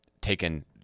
taken